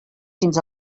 fins